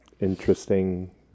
interesting